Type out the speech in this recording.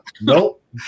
Nope